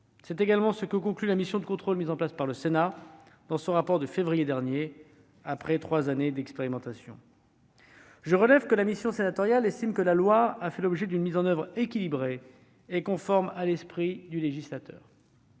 C'est également ce que conclut la mission de contrôle mise en place par le Sénat dans son rapport de février dernier, après trois années d'expérimentation. Je relève que la mission sénatoriale estime que la loi a fait l'objet d'une mise en oeuvre équilibrée et conforme à l'esprit du législateur.